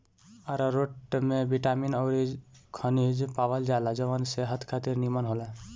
आरारोट में बिटामिन अउरी खनिज पावल जाला जवन सेहत खातिर निमन होला